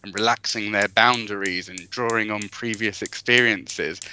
and relaxing their boundaries and drawing on previous experiences.